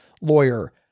lawyer